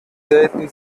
selten